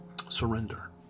surrender